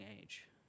age